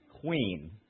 queen